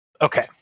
Okay